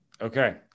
Okay